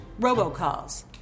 robocalls